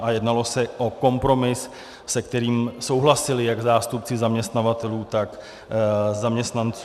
A jednalo se o kompromis, se kterým souhlasili jak zástupci zaměstnavatelů, tak zaměstnanců.